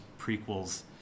prequels